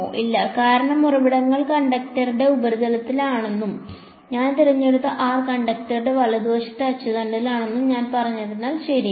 ഇല്ല കാരണം ഉറവിടങ്ങൾ കണ്ടക്ടറിന്റെ ഉപരിതലത്തിലാണെന്നും ഞാൻ തിരഞ്ഞെടുത്ത r കണ്ടക്ടറുടെ വലതുവശത്തെ അച്ചുതണ്ടിലാണെന്നും ഞാൻ പറഞ്ഞതിനാൽ ശരിയാണ്